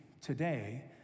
today